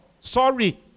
Sorry